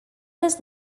his